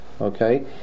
okay